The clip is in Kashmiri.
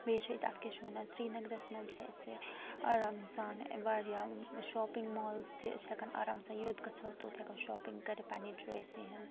بیٚیہِ چھِ أسۍ اَتھ کیٛاہ چھِ وَنان سرینَگرَس منٛز چھِ اسہِ آرام سان ٲں واریاہ شاپِنٛگ مالٕز تہِ أسۍ چھِ ہیٚکان آرام سان یوٚت گژھو توٚت ہیٚکو شاپنٛگ کٔرِتھ پننہِ چۄایسہِ ہِنٛز